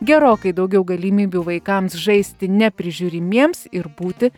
gerokai daugiau galimybių vaikams žaisti neprižiūrimiems ir būti